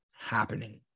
Happening